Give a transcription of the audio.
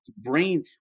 brain